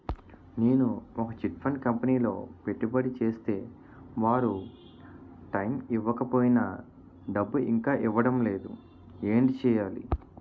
నేను ఒక chit fund కంపెనీలో పెట్టుబడి చేస్తే వారు టైమ్ ఇవ్వకపోయినా డబ్బు ఇంకా ఇవ్వడం లేదు ఏంటి చేయాలి?